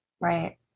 Right